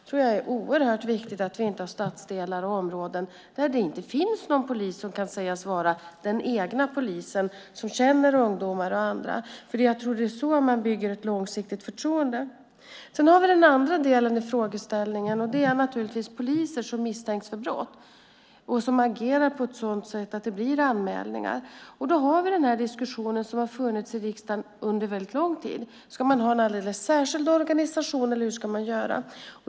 Det är oerhört viktigt att man intar stadsdelar och områden där det inte finns någon polis som kan sägas vara den egna polisen som känner ungdomar och andra. Jag tror att det är så man bygger ett långsiktigt förtroende. Den andra delen i frågeställningen är poliser som misstänks för brott och som agerar på ett sådant sätt att det leder till anmälningar. Det har förts en diskussion i riksdagen under väldigt lång tid om man ska ha en alldeles särskild organisation eller hur man ska göra.